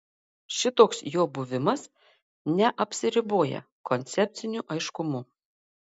šitoks jo buvimas neapsiriboja koncepciniu aiškumu